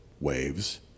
waves